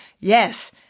Yes